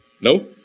no